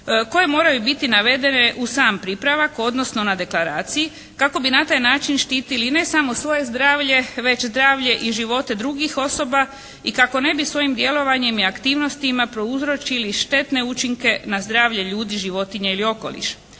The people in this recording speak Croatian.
koje moraju biti navedene uz sam pripravak odnosno na deklaraciji kako bi na taj način štitili ne samo svoje zdravlje već zdravlje i živote drugih osoba i kako ne bi svojim djelovanjem i aktivnostima prouzročili štetne učinke na zdravlje ljudi, životinja ili okoliš.